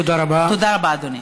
תודה רבה, אדוני.